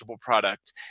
product